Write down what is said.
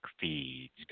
Feeds